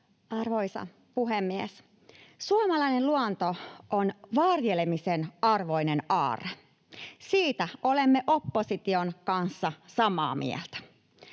Arvoisa puhemies! Suomalainen luonto on varjelemisen arvoinen aarre. Siitä olemme opposition kanssa samaa mieltä.